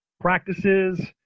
practices